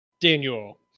Daniel